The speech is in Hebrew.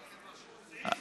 סעיף (3).